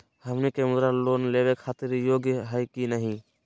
हमनी के मुद्रा लोन लेवे खातीर योग्य हई की नही?